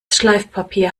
schleifpapier